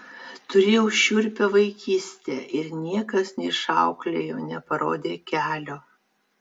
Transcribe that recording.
turėjau šiurpią vaikyste ir niekas neišauklėjo neparodė kelio